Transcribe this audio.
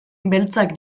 beltzak